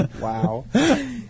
Wow